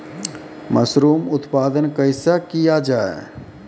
Mushroom उत्पादन कैसे किया जाय?